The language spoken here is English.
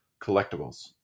collectibles